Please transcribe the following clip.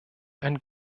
ein